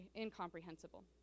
incomprehensible